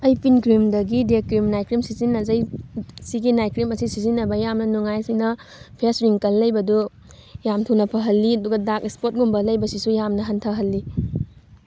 ꯑꯩ ꯄꯤꯟ ꯀ꯭ꯔꯤꯝꯗꯒꯤ ꯗꯦ ꯀ꯭ꯔꯤꯝ ꯅꯥꯏꯠ ꯀ꯭ꯔꯤꯝ ꯁꯤꯖꯤꯟꯅꯖꯩ ꯁꯤꯒꯤ ꯅꯥꯏꯠ ꯀ꯭ꯔꯤꯝ ꯑꯁꯤ ꯁꯤꯖꯤꯟꯅꯕ ꯌꯥꯝꯅ ꯅꯨꯡꯉꯥꯏ ꯁꯤꯅ ꯐꯦꯁ ꯔꯤꯡꯀꯜ ꯂꯩꯕꯗꯨ ꯌꯥꯝ ꯊꯨꯅ ꯐꯍꯜꯂꯤ ꯑꯗꯨꯒ ꯗꯥꯛ ꯏꯁꯄꯣꯠꯀꯨꯝꯕ ꯂꯩꯕꯁꯤꯁꯨ ꯌꯥꯝꯅ ꯍꯟꯊꯍꯜꯂꯤ